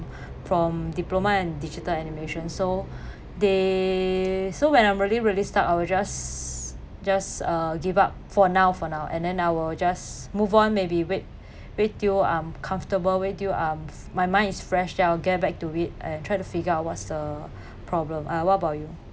from diploma in digital animation so they so when I'm really really stuck I'll just just uh give up for now for now and I will just move on maybe wait wait until I'm comfortable wail until um my mind is fresh then I'll get back to it and try to figure out what's the problem uh what about you